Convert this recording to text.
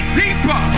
deeper